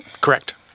Correct